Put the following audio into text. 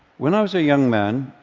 when i was a young man,